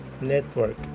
Network